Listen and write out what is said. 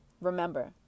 Remember